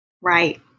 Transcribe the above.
Right